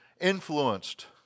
influenced